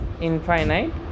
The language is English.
infinite